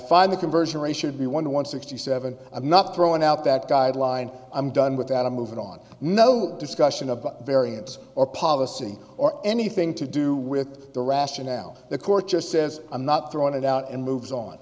find the conversion rate should be one one sixty seven i'm not throwing out that guideline i'm done with that i'm moving on no discussion of variance or policy or anything to do with the rationale the court just says i'm not throwing it out and moves on